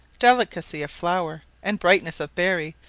delicacy of flower, and brightness of berry,